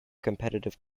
competitive